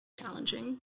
challenging